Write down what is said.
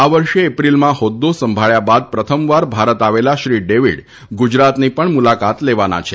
આ વર્ષે એપ્રિલમાં હોદ્દો સંભાળ્યા બાદ પ્રથમવાર ભારત આવેલા શ્રી ડેવીડ ગુજરાતની પણ મુલાકાત લેવાના છે